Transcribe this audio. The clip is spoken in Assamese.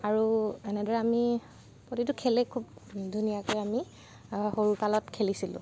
আৰু এনেদৰে আমি প্ৰতিটো খেলেই খুব ধুনীয়াকৈ আমি সৰু কালত খেলিছিলোঁ